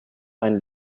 einen